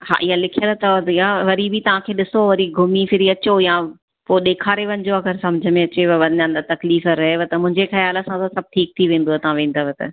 हा ईअं लिखियलु अथव इहा वरी बि तव्हांखे ॾिसो वरी घूमी फिरी अचो या पोइ ॾेखारे वञिजो अगरि सम्झि में अचेव वरी न त तकलीफ़ रहव त मुंहिंजे खयाल सां त सभु ठीकु थी वेंदो तव्हां वेंदव त